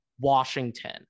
Washington